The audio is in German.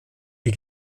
die